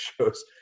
shows